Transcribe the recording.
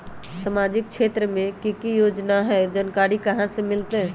सामाजिक क्षेत्र मे कि की योजना है जानकारी कहाँ से मिलतै?